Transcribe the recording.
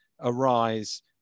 arise